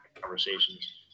conversations